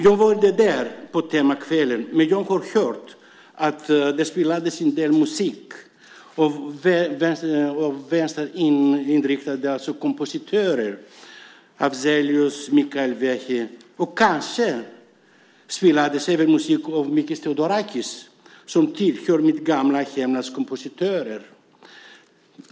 Jag var inte där under temakvällen, men jag har hört att det spelades en del musik av vänsterinriktade kompositörer - Afzelius och Mikael Wiehe. Kanske spelades även musik av Mikis Theodorakis som tillhör mitt gamla hemlands kompositörer.